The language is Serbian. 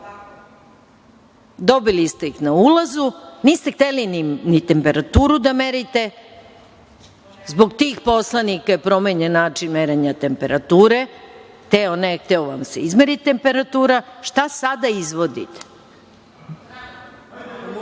Dobili ste ih na ulazu. Niste hteli ni temperaturu da merite. Zbog tih poslanika je promenjen način merenja temperature, hteo ne hteo vam se izmeri temperatura. Šta sada izvodite?